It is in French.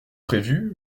prévu